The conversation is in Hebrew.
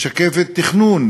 משקפת תכנון